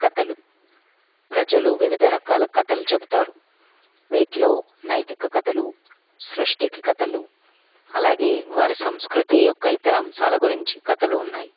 కథలు ప్రజలు వివిధ రకాల కథలు చెబుతారు వీటిలో నైతిక కథలు సృష్టికి కథలు అలాగే వారి సంస్కృతి యొక్క ఇతర అంశాల గురించి కథలు ఉన్నాయి